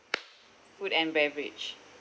food and beverage